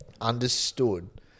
understood